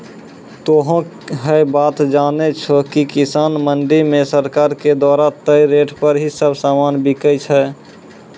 तोहों है बात जानै छो कि किसान मंडी मॅ सरकार के द्वारा तय रेट पर ही सब सामान मिलै छै